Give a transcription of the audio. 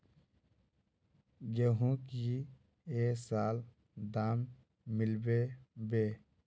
गेंहू की ये साल दाम मिलबे बे?